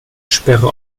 sperre